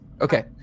Okay